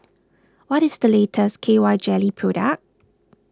what is the latest K Y jelly product